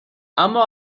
اما